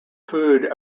food